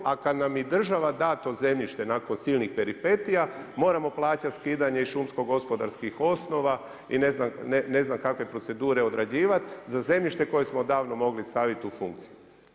A da nam i država da to zemljište nakon silnih peripetija moramo plaćati skidanje i šumsko-gospodarskih osnova i ne znam kakve procedure odrađivati za zemljište koje smo odavno mogli stavit u funkciju.